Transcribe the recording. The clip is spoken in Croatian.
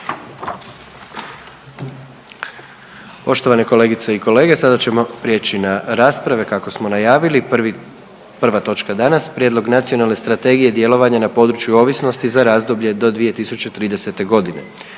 Poštovane kolegice i kolege, sada ćemo prijeći na rasprave kako smo najavili. Prva točka danas: - Prijedlog Nacionalne strategije djelovanja na području ovisnosti za razdoblje do 2030.g.